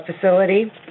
facility